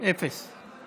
אפס.